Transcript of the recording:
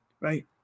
right